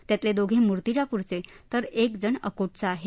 त्यातले दोघे म्र्तीजाप्रचे तर एक जण अकोटचा आहे